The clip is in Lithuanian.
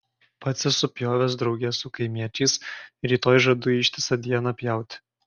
pats esu pjovęs drauge su kaimiečiais rytoj žadu ištisą dieną pjauti